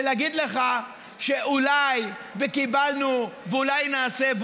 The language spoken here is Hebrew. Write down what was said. ולהגיד לך שאולי וקיבלנו ואולי נעשה,